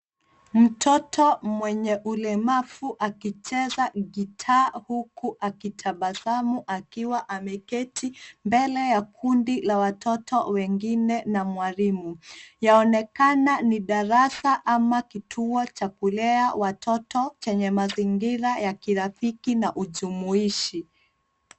Mtoto mwenye ulemavu akicheza gitaa huku akitabasamu akiwa ameketi mbele ya kundi la watoto wengine na mwalimu. Yaonekana ni darasa ama kituo cha kulea watoto chenye mazingira ya kirafiki na ujumuishi.